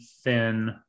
thin